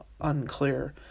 Unclear